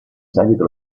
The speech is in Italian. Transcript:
seguito